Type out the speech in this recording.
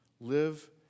Live